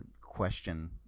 question